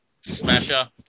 Smasher